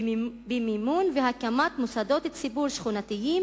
במימון ובהקמה של מוסדות ציבור שכונתיים